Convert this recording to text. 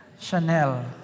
Chanel